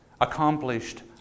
accomplished